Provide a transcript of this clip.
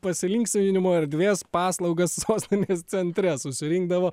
pasilinksminimo erdvės paslaugas sostinėj centre susirinkdavo